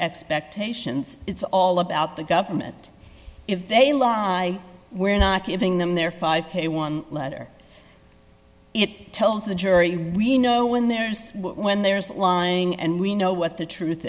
expectations it's all about the government if they long i we're not giving them their five k one letter it tells the jury we know when there's when there's lying and we know what the truth